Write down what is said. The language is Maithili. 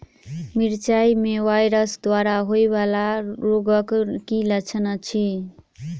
मिरचाई मे वायरस द्वारा होइ वला रोगक की लक्षण अछि?